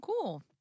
cool